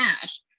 cash